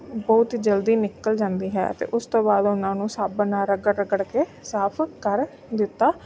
ਬਹੁਤ ਜਲਦੀ ਨਿਕਲ ਜਾਂਦੀ ਹੈ ਅਤੇ ਉਸ ਤੋਂ ਬਾਅਦ ਉਹਨਾਂ ਨੂੰ ਸਾਬਣ ਨਾਲ ਰਗੜ ਰਗੜ ਕੇ ਸਾਫ ਕਰ ਦਿੱਤਾ